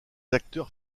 acteurs